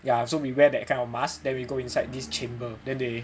ya so we wear that kind of mask then we go inside this chamber then they